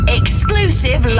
exclusive